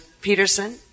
Peterson